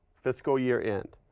fiscal year end.